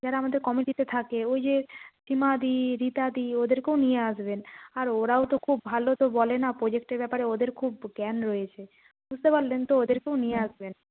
যারা আমাদের কমিটিতে থাকে ওই যে সীমাদি রীতাদি ওদেরকেও নিয়ে আসবেন আর ওরাও তো খুব ভালো তো বলে না প্রোজেক্টের ব্যাপারে ওদের খুব জ্ঞান রয়েছে বুঝতে পারলেন তো ওদেরকেও নিয়ে আসবেন